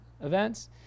events